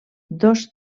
dos